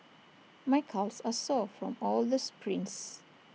my calves are sore from all the sprints